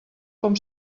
com